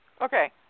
Okay